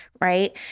right